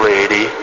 Lady